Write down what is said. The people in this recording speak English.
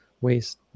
waste